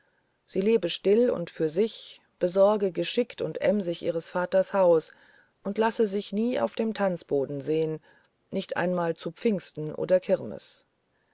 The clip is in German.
sie lebe still und für sich besorge geschickt und emsig ihres vaters haus und lasse sich nie auf dem tanzboden sehen nicht einmal zu pfingsten oder kirmes